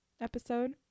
episode